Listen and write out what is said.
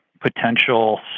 potential